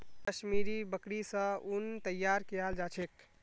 कश्मीरी बकरि स उन तैयार कियाल जा छेक